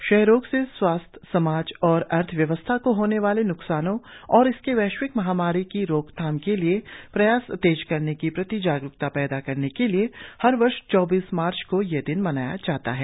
क्षेयरोग से स्वास्थ्य समाज और अर्थ व्यवस्था को होने वाले न्कसानों और इस वैश्विक महामारी की रोगथाम के लिए प्रयास तेज करने की प्रति जागरुकता पैदा करने के लिए हर वर्ष चौबीस मार्च को यह दिन मनाया जाता है